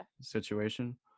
situation